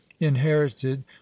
inherited